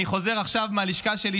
אני חוזר עכשיו מהלשכה שלי,